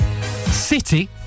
city